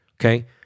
Okay